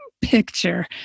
picture